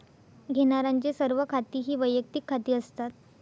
घेण्यारांचे सर्व खाती ही वैयक्तिक खाती असतात